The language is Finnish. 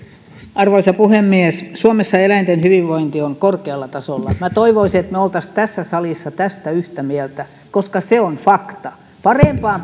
arvoisa puhemies suomessa eläinten hyvinvointi on korkealla tasolla minä toivoisin että me olisimme siitä tässä salissa tästä yhtä mieltä koska se on fakta parempaan